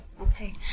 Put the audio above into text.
Okay